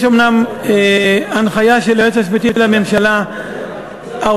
יש אומנם הנחיה של היועץ המשפטי לממשלה האוסרת